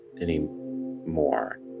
anymore